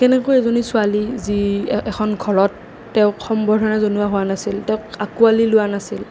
কেনেকৈ এজনী ছোৱালী যি এখন ঘৰত তেওঁক সম্বৰ্ধনা জনোৱা হোৱা নাছিল তেওঁক আঁকোৱালি লোৱা নাছিল